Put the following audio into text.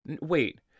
Wait